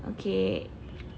okay